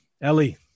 Ellie